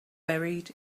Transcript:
buried